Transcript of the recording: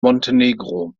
montenegro